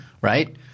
Right